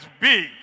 big